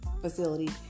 facility